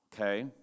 Okay